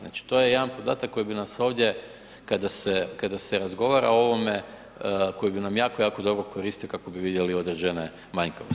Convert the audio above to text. Znači to je jedan podatak koji bi nam se ovdje kada se razgovara o ovome koji bi nam jako, jako dobro koristio kako bi vidjeli određene manjkavosti.